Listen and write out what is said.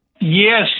Yes